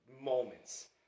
moments